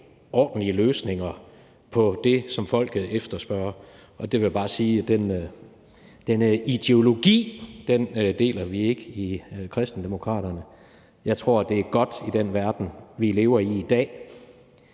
ordentlige løsninger på det, som folket efterspørger, og der vil jeg bare sige, at den ideologi deler vi ikke i Kristendemokraterne. Jeg tror, at det er godt, at vi i den verden, vi lever i i dag,